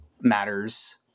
matters